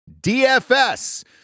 DFS